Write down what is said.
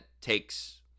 takes